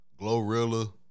Glorilla